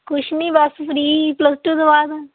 ਕੁਛ ਨਹੀਂ ਬਸ ਫਰੀ ਪਲੱਸ ਟੂ ਤੋਂ ਬਾਅਦ